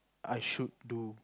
I should do